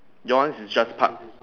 yours is just park